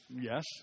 Yes